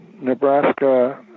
Nebraska